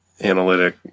analytic